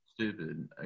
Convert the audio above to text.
stupid